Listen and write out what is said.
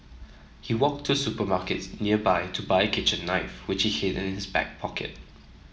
he walked to supermarkets nearby to buy kitchen knife which he hid in his back pocket